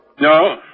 No